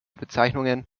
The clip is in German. bezeichnungen